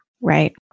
Right